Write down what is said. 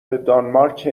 دانمارک